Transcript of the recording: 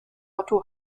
otto